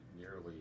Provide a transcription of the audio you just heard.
nearly